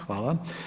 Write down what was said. Hvala.